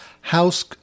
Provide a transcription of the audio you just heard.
House